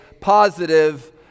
positive